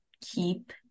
keep